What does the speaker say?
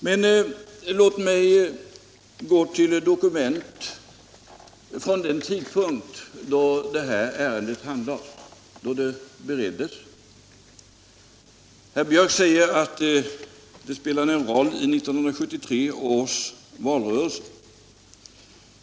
Men låt mig gå till dokumenten från den tidpunkt då det här ärendet diskuterades. Herr Björck säger att det spelade en stor roll i 1973 års valrörelse.